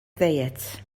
ddiet